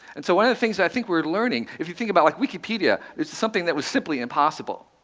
and so one of the things that i think we're learning if you think about, like, wikipedia, it's something that was simply impossible.